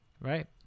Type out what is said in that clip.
Right